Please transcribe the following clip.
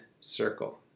circle